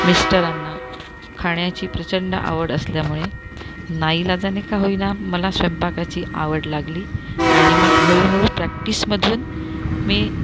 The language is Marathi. मिस्टरांना खाण्याची प्रचंड आवड असल्यामुळे नाइलाजाने का होईना मला स्वयंपाकाची आवड लागली आणि मग हळूहळू प्रॅक्टिसमधून मी